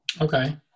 okay